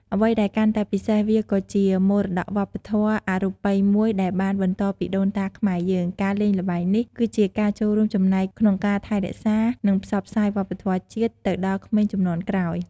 អ្វីដែលកាន់តែពិសេស វាក៏ជាមរតកវប្បធម៌អរូបីមួយ ដែលបានបន្តពីដូនតាខ្មែរយើង ការលេងល្បែងនេះ គឺជាការចូលរួមចំណែកក្នុងការថែរក្សា និងផ្សព្វផ្សាយវប្បធម៌ជាតិទៅដល់ក្មេងជំនាន់ក្រោយ។